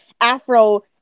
Afro